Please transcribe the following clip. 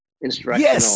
instructional